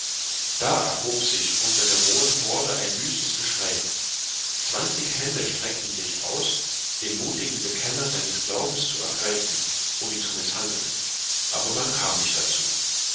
da erhob sich unter der rohen horde ein wüstes geschrei zwanzig hände streckten sich aus den muthigen bekenner seines glaubens zu ergreifen um ihn zu mißhandeln aber man kam nicht dazu